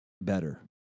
better